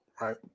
right